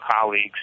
colleagues